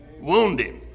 Wounded